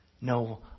No